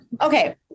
Okay